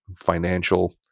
financial